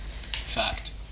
Fact